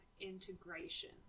integration